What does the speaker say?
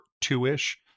two-ish